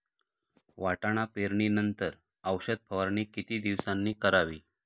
वाटाणा पेरणी नंतर औषध फवारणी किती दिवसांनी करावी?